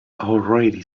already